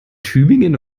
tübingen